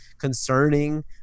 concerning